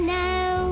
now